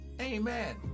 Amen